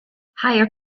higher